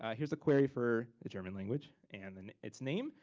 ah here's a query for the german language and its name.